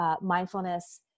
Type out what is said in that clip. mindfulness